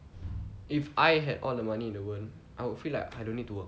if I had all the money in the world I would feel like I don't need to work